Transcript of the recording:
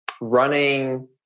running